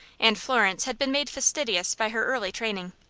and florence had been made fastidious by her early training.